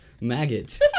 maggot